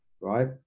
right